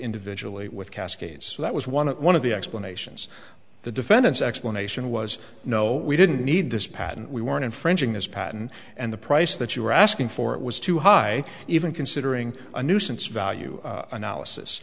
individually with cascades that was one of one of the explanations the defendant's explanation was no we didn't need this patent we weren't infringing this patent and the price that you were asking for it was too high even considering a nuisance value analysis